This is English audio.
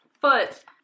foot